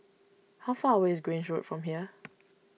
how far away is Grange Road from here